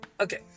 Okay